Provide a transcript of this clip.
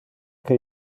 que